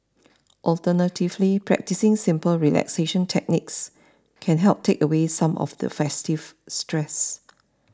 alternatively practising simple relaxation techniques can help take away some of the festive stress